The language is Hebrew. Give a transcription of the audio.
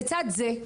לצד זה,